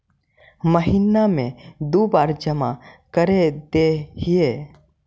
महिना मे दु बार जमा करदेहिय?